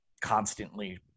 constantly